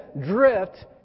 drift